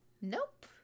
Nope